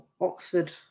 Oxford